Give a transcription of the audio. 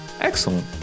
excellent